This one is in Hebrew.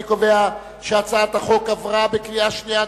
אני קובע שהצעת החוק עברה בקריאה שנייה.